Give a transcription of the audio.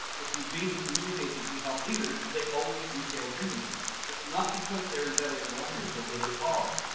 if you read the communications of jihad leaders they always retail grievances. it's not because they're inveterate whiners, although they are,